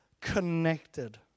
connected